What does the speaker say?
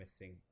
missing